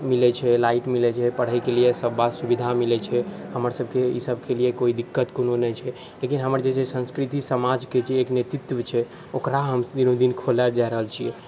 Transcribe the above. मिलै छै लाइट मिलै छै पढ़ैके लिए सभ बात सुविधा मिलै छै हमर सभके ई सभके लिए कोइ दिक्कत कोनो नहि छै लेकिन हमर जे छै संस्कृति समाजके जे एक नेतृत्व छै ओकरा हम दिनोदिन खोलै जा रहल छियै